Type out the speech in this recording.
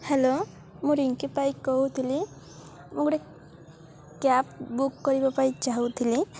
hello ମୁଁ ରିଙ୍କିପାଇ କହୁଥିଲି ମୁଁ ଗୋଟେ କ୍ୟାବ୍ ବୁକ୍ କରିବା ପାଇଁ ଚାହୁଁଥିଲି